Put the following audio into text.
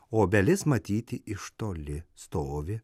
obelis matyti iš toli stovi